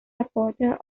supporter